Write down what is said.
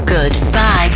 Goodbye